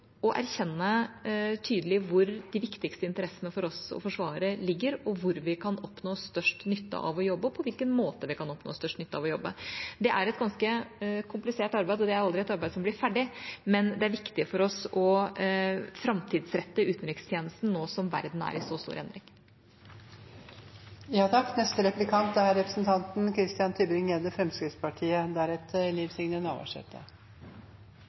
tydelig å erkjenne hvor de interessene som det er viktigst for oss å forsvare, ligger, og hvor vi kan oppnå størst nytte av å jobbe, og på hvilken måte vi kan oppnå størst nytte av å jobbe. Dette er et ganske komplisert arbeid, og det er et arbeid som aldri blir ferdig, men det er viktig for oss å gjøre utenrikstjenesten framtidsrettet nå som verden er i så stor